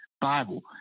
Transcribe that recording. Bible